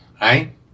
Right